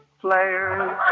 players